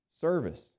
service